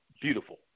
beautiful